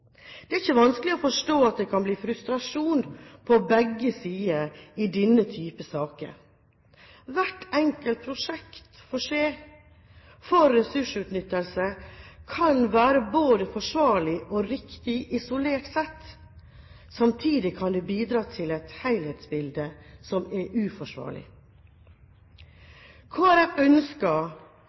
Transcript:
Det er ikke vanskelig å forstå at det kan bli frustrasjon på begge sider i denne type saker. Hvert enkelt prosjekt for ressursutnyttelse kan være både forsvarlig og riktig isolert sett, samtidig kan det bidra til et helhetsbilde som er uforsvarlig. Kristelig Folkeparti ønsker